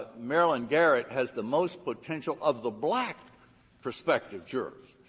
marilyn garrett has the most potential of the black prospective jurors.